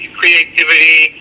creativity